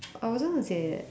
I wasn't gonna say that